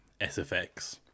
SFX